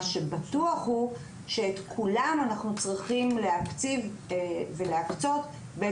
מה שבטוח הוא שאנחנו צריכים להקציב ולהקצות את